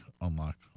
unlock